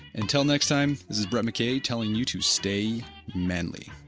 until next time, this is brett mckay telling you to stay manly